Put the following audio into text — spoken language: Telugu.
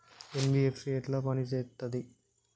ఎన్.బి.ఎఫ్.సి ఎట్ల పని చేత్తది?